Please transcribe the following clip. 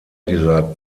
dieser